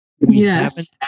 Yes